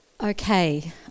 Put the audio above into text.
okay